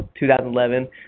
2011